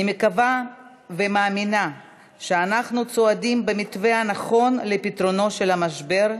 אני מקווה ומאמינה שאנחנו צועדים במתווה הנכון לפתרון המשבר,